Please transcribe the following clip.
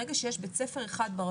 ברגע שיש בית ספר אחד,